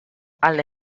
alle